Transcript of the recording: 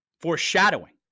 foreshadowing